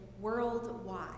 worldwide